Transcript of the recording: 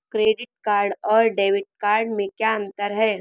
Credit card और debit card में क्या अंतर है?